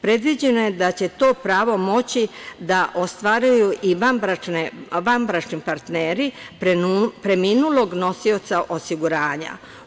Predviđeno je da će to pravo moći da ostvaruju i vanbračni partneri preminulog nosioca osiguranja.